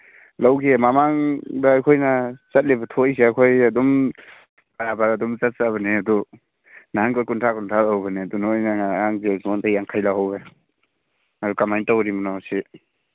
ꯂꯧꯈꯤ ꯃꯃꯥꯡꯗ ꯑꯩꯈꯣꯏꯅ ꯆꯠꯂꯤꯕ ꯊꯣꯏꯁꯦ ꯑꯩꯈꯣꯏ ꯑꯗꯨꯝ ꯕꯔꯥꯕꯔ ꯑꯗꯨꯝ ꯆꯠꯆꯕꯅꯦ ꯑꯗꯨ ꯅꯍꯥꯟꯈꯩ ꯀꯨꯟꯊ꯭ꯔꯥ ꯀꯨꯟꯊ꯭ꯔꯥ ꯂꯧꯕꯅꯦ ꯑꯗꯨ ꯅꯣꯏꯅ ꯉꯔꯥꯡꯁꯦ ꯑꯩꯉꯣꯟꯗ ꯌꯥꯡꯈꯩ ꯂꯧꯍꯧꯋꯦ ꯑꯗꯨ ꯀꯃꯥꯏꯅ ꯇꯧꯔꯤꯕꯅꯣ ꯑꯁꯤ